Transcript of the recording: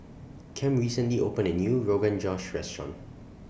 Kem recently opened A New Rogan Josh Restaurant